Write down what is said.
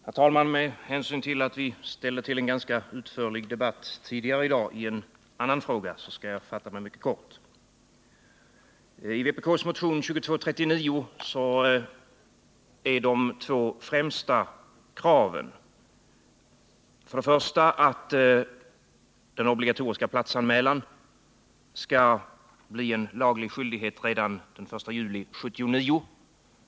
Herr talman! Med hänsyn till att vi ställde till en ganska utförlig debatt tidigare i dag i en annan fråga skall jag nu fatta mig kort. I vpk:s motion nr 2339 är de två främsta kraven: 1. Den obligatoriska platsanmälan skall bli en laglig skyldighet redan den 1 juli 1979.